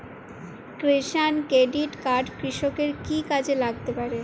কিষান credit card কৃষকের কি কি কাজে লাগতে পারে?